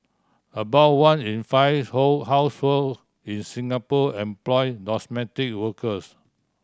about one in five household in Singapore employ domestic workers